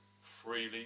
freely